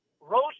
Rose